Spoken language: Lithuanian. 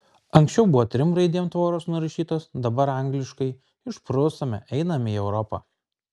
anksčiau buvo trim raidėm tvoros nurašytos dabar angliškai išprusome einame į europą